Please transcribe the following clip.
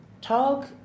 talk